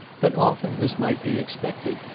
but often, as might be expected,